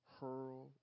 hurl